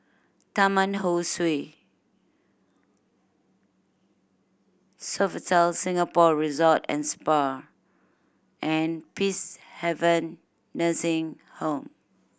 Taman Ho Swee Sofitel Singapore Resort and Spa and Peacehaven Nursing Home